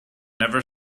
never